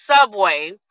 Subway